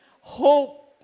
hope